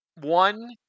One